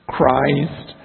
Christ